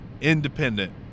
independent